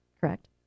Correct